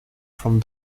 from